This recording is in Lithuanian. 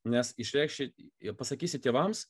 nes išreikši pasakysi tėvams